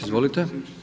Izvolite.